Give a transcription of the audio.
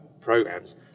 programs